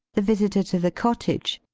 the visitor to the cottage,